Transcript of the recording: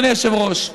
אדוני היושב-ראש,